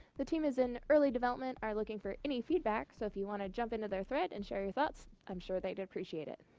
the team is in early development, and looking for any feedback. so if you want to jump into their thread and share your thoughts, i'm sure they'd appreciate it.